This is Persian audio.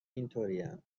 اینطوریم